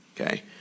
Okay